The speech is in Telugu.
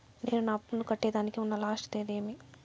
నేను నా అప్పుని కట్టేదానికి ఉన్న లాస్ట్ తేది ఏమి?